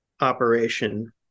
operation